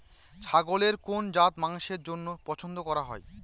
ছাগলের কোন জাত মাংসের জন্য পছন্দ করা হয়?